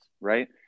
right